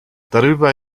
darüber